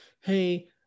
hey